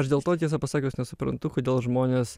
aš dėl to tiesą pasakius nesuprantu kodėl žmonės